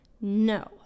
no